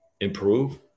improve